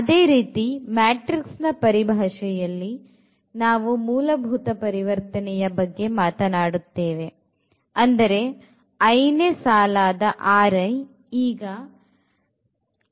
ಅದೇ ರೀತಿ ಮ್ಯಾಟ್ರಿಕ್ಸ್ ನ ಪರಿಭಾಷೆಯಲ್ಲಿ ನಾವು ಮೂಲಭೂತ ಪರಿವರ್ತನೆಯ ಬಗ್ಗೆ ಮಾತನಾಡುತ್ತೇವೆ ಅಂದರೆ i ನೇ ಸಾಲಾದ ಈಗ ಲಾಂಬ್ದಾ x ಆಗುತ್ತದೆ